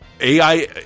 AI